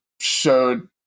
showed